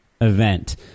event